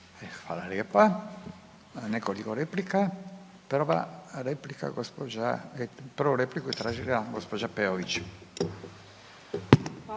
hvala lijepa. Nekoliko replika, prva replika je tražila gđa. Peović.